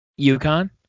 UConn